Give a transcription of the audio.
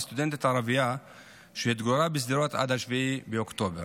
כסטודנטית ערבייה שהתגוררה בשדרות עד 7 באוקטובר